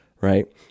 right